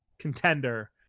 contender